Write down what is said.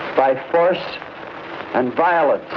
by force and violence.